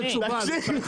כן.